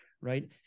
right